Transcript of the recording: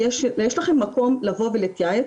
יש לכם מקום לבוא ולהתייעץ,